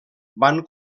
van